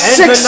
six